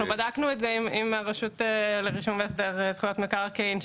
אנחנו בדקנו את זה עם הרשות לרישום והסדר זכויות מקרקעין,